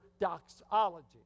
doxology